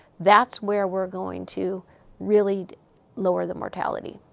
that's where we're going to really lower the mortality.